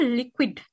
liquid